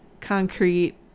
concrete